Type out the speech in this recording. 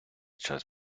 час